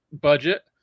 budget